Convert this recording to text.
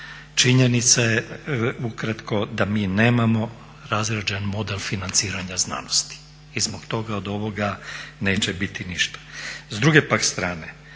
Činjenica je ukratko da mi nemamo razrađen model financiranja znanosti i zbog toga od ovoga neće biti ništa.